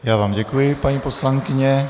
Já vám děkuji, paní poslankyně.